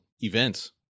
events